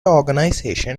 organisation